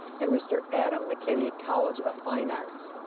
and mr. adam mckinney, college of fine arts.